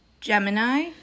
Gemini